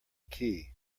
key